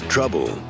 Trouble